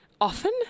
Often